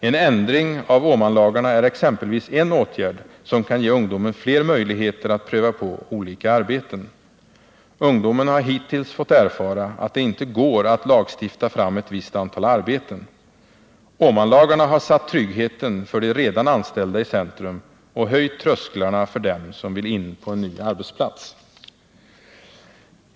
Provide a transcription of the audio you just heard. En ändring av Åmanlagarna är exempelvis en åtgärd som kan ge ungdomen fler möjligheter att pröva på olika arbeten. Ungdomen har hittills fått erfara att det inte går att lagstifta fram ett visst antal arbeten. Åmanlagarna har satt tryggheten för de redan anställda i centrum och höjt trösklarna för dem som vill in på en ny arbetsplats.